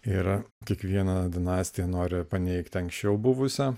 yra kiekviena dinastija nori paneigti anksčiau buvusią